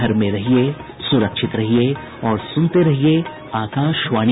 घर में रहिये सुरक्षित रहिये और सुनते रहिये आकाशवाणी